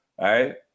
right